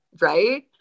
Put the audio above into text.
Right